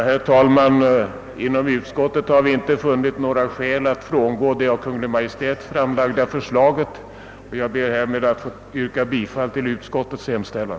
Herr talman! Inom utskottet har vi inte funnit några skäl att frångå det av Kungl. Maj:t framlagda förslaget, och jag ber härmed att få yrka bifall till utskottets hemställan.